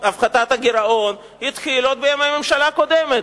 הפחתת הגירעון התחילו עוד בימי הממשלה הקודמת.